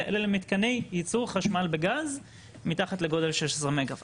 אלא למתקני יצור חשמל בגז מתחת לגודל של 16 מגה ואט.